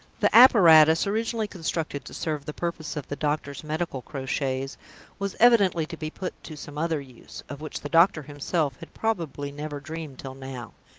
the apparatus, originally constructed to serve the purpose of the doctor's medical crotchets, was evidently to be put to some other use, of which the doctor himself had probably never dreamed till now.